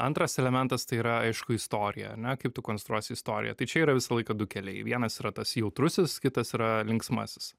antras elementas tai yra aišku istorija ar ne kaip tu konstruosi istoriją tai čia yra visą laiką du keliai vienas yra tas jautrusis kitas yra linksmasis